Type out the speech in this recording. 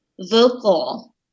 vocal